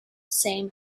same